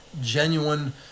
genuine